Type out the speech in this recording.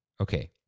Okay